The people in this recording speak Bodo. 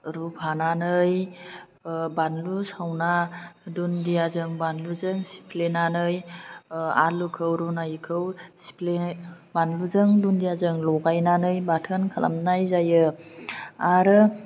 रुफानानै बानलु सावना दुनदियाजों बानलुजों सिफ्लेनानै आलुखौ रुनायखौ बानलुजों दुनदियाजों लगायनानै बाथोन खालामनाय जायो आरो